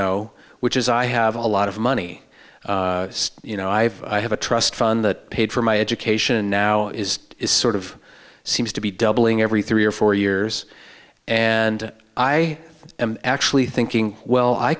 know which is i have a lot of money you know i have i have a trust fund that paid for my education and now is is sort of seems to be doubling every three or four years and i am actually thinking well i